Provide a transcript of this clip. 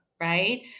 right